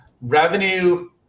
revenue